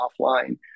offline